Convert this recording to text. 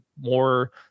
more